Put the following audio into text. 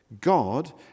God